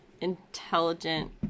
intelligent